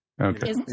okay